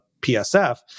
PSF